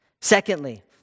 Secondly